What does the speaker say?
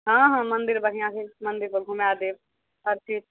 हँ हँ मन्दिर बढ़िआँ है मन्दिरपर घुमाय देब सब चीज